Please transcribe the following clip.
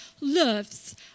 loves